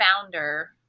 founder